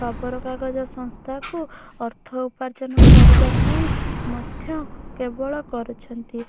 ଖବରକାଗଜ ସଂସ୍ଥାକୁ ଅର୍ଥ ଉପାର୍ଜନ କରିବା ପାଇଁ ମଧ୍ୟ କେବଳ କରୁଛନ୍ତି